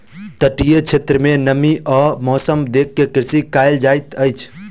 तटीय क्षेत्र में नमी आ मौसम देख के कृषि कार्य कयल जाइत अछि